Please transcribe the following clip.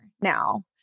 now